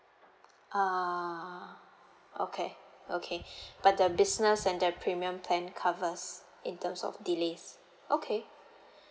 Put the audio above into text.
uh okay okay but the business and the premium plan covers in terms of delays okay